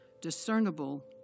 discernible